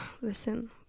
Listen